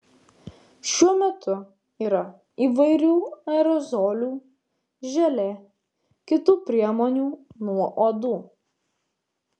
šiuo metu yra įvairių aerozolių želė kitų priemonių nuo uodų